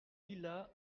villas